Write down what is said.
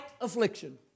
affliction